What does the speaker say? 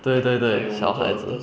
对对对小孩子